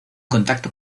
contacto